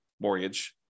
mortgage